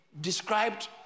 described